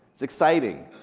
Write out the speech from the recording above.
it's exciting,